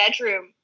bedroom